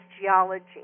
geology